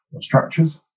structures